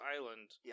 Island